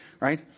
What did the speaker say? right